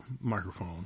microphone